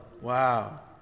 Wow